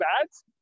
ads